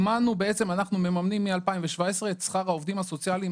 אנחנו מממנים מ-2017 את שכר העובדים הסוציאליים,